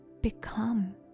become